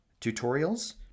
tutorials